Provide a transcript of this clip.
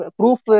proof